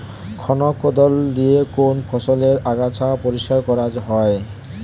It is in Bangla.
খনক কোদাল দিয়ে কোন ফসলের আগাছা পরিষ্কার করা হয়?